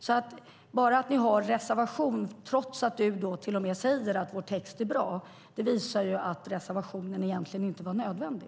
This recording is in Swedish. Bara det att ni har en reservation trots att du till och med säger att vår text är bra, Christer Adelsbo, visar alltså att reservationen inte var nödvändig.